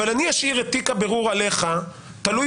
אבל אני אשאיר את תיק הבירור עליך תלוי